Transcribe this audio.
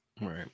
Right